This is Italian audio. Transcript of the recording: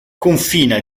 confina